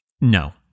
No